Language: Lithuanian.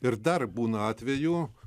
ir dar būna atvejų